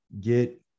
Get